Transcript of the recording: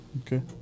Okay